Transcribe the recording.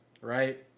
right